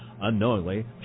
Unknowingly